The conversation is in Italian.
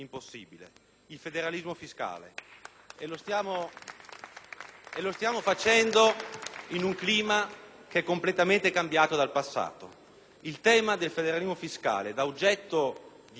E lo stiamo facendo in un clima completamente cambiato dal passato. Il tema del federalismo fiscale, da oggetto di aspre critiche e da spettro della lacerazione del Paese, da bestia nera